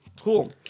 cool